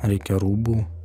reikia rūbų